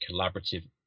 collaborative